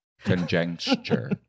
Conjecture